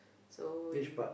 so you